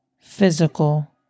physical